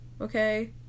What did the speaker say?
okay